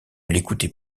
l’écoutait